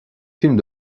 films